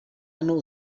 hano